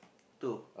two